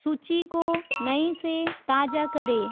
सूची को नई से ताज़ा करें